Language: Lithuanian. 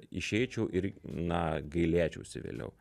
išeičiau ir na gailėčiausi vėliau